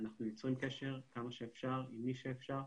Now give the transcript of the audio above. אנחנו יוצרים קשר כמה שאפשר עם מי שאפשר,